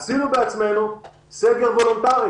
עשינו בעצמנו סגר וולונטרי.